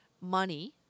money